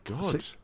god